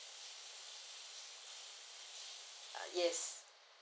uh yes